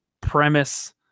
premise